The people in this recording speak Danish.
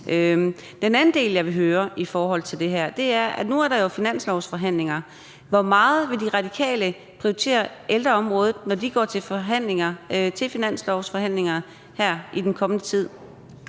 Den anden del, jeg gerne vil høre om, er i forhold til de finanslovsforhandlinger, der jo er nu. Hvor meget vil De Radikale prioritere ældreområdet, når de går til finanslovsforhandlinger her i den kommende tid?